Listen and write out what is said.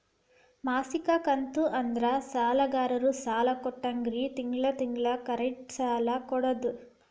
ಮಾಸಿಕ ಕಂತು ಅಂದ್ರ ಸಾಲಗಾರರು ಸಾಲ ಕೊಟ್ಟೋರ್ಗಿ ತಿಂಗಳ ತಿಂಗಳ ಕರೆಕ್ಟ್ ಸಾಲ ಕೊಡೋದ್